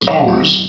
Hours